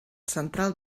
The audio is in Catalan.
central